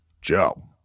Joe